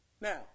Now